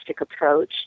approach